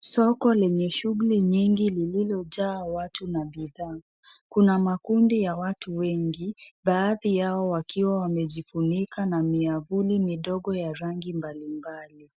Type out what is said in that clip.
Soko lenye shughuli nyingi lililojaa watu na bidhaa. Kuna makundi ya watu wengi baadhi yao wakiwa wamejifunika na miavuli mindogo ya rangi mbalimbali.